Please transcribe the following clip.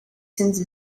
since